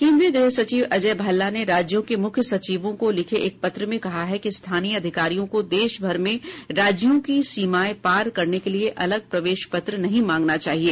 केन्द्रीय गृह सचिव अजय भल्ला ने राज्यों के मुख्य सचिवों को लिखे एक पत्र में कहाहै कि स्थानीय अधिकारियों को देशभर में राज्यों की सीमाएं पार करने के लिए अलग प्रवेशपत्र नहीं मांगना चाहिए